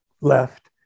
left